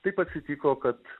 taip atsitiko kad